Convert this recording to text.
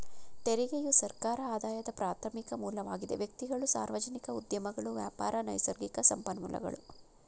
ತೆರಿಗೆಯು ಸರ್ಕಾರ ಆದಾಯದ ಪ್ರಾರ್ಥಮಿಕ ಮೂಲವಾಗಿದೆ ವ್ಯಕ್ತಿಗಳು, ಸಾರ್ವಜನಿಕ ಉದ್ಯಮಗಳು ವ್ಯಾಪಾರ, ನೈಸರ್ಗಿಕ ಸಂಪನ್ಮೂಲಗಳು